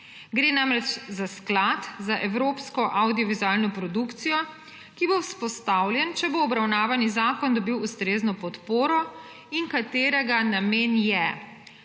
Gre namreč za sklad za evropsko avdiovizualno produkcijo, ki bo vzpostavljen, če bo obravnavani zakon dobil ustrezno podporo, in katerega namen je